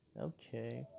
Okay